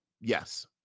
yes